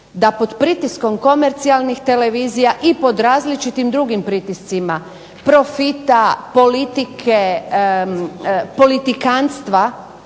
da pod pritiskom komercijalnih televizija i pod različitim drugim pritiscima profita, politike, politikanstva